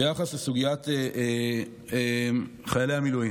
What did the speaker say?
ביחס לסוגיית חיילי המילואים,